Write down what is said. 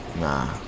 Nah